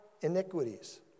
iniquities